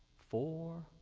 four.